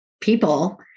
people